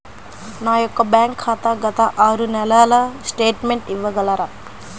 నా యొక్క బ్యాంక్ ఖాతా గత ఆరు నెలల స్టేట్మెంట్ ఇవ్వగలరా?